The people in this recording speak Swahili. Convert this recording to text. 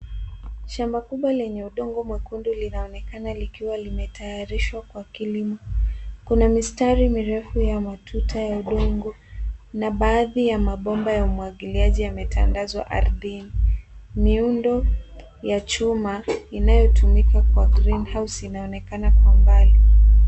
Shamba kubwa lenye udongo mwekundu linaonekana likiwa limetayarishwa kwa kilimo. Kuna mistari mirefu ya matuta ya udongo na baadhi ya mabomba ya umwagiliaji yametandazwa ardhini. Miundo ya chuma inayotumika kwa greenhouse inaonekana kwa mbali.